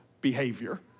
behavior